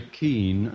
keen